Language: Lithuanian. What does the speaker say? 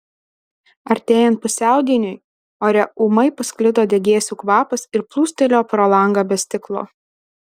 artėjant pusiaudieniui ore ūmai pasklido degėsių kvapas ir plūstelėjo pro langą be stiklo